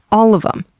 all of them,